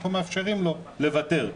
אנחנו מאפשרים לו לוותר.